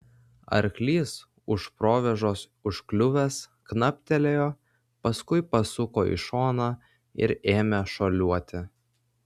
arklys už provėžos užkliuvęs knaptelėjo paskui pasuko į šoną ir ėmę šuoliuoti